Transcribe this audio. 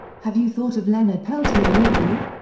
have you thought of leonard peltier lately?